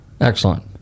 Excellent